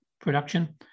production